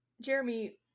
Jeremy